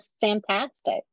fantastic